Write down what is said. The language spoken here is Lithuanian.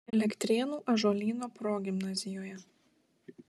elektrėnų ąžuolyno progimnazijoje